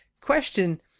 question